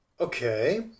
Okay